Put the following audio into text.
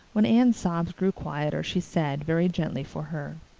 when anne's sobs grew quieter she said, very gently for her,